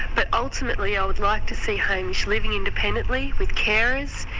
but ultimately i would like to see hamish living independently with carers,